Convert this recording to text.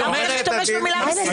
למה להשתמש במילה מסיתה?